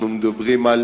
אנחנו מדברים על